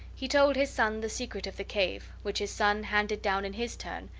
he told his son the secret of the cave, which his son handed down in his turn,